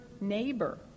neighbor